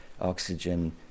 oxygen